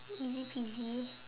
easy peasy